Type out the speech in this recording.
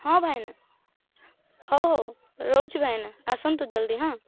ହଁ ଭାଇନା ହଉ ହଉ ରହୁଛି ଭାଇନା ଆସନ୍ତୁ ଜଲଦି ହାଁ